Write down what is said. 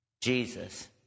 Jesus